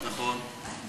נכון.